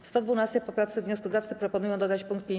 W 112. poprawce wnioskodawcy proponują dodać pkt 51a.